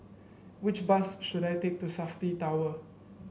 which bus should I take to Safti Tower